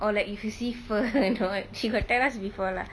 or like if you see fur and all she got tell us before lah